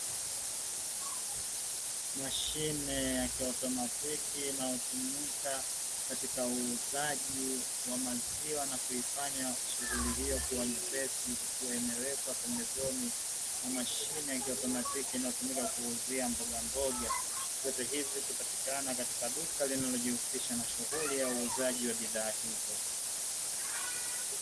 Mashine ya kiautomatiki inayotumika katika uuzaji wa maziwa na kuifanya shughuli hiyo kuwa nyepesi ikiwa imewekwa pembezoni mwa mashine ya kiautomatiki inayotumika kuuzia mbogamboga vyote hivi vikipatikana katika duka linalojishughulisha na uuzaji wa bidhaa hizo.